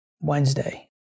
wednesday